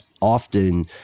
often